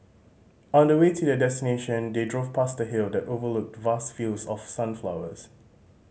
on the way to their destination they drove past a hill that overlooked vast fields of sunflowers